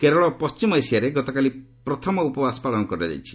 କେରଳ ଓ ପଶ୍ଚିମ ଏସିଆରେ ଗତକାଲି ପ୍ରଥମ ଉପବାସ ପାଳନ କରାଯାଇଛି